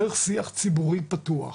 צריך שיח ציבורי פתוח,